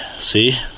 see